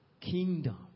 Kingdom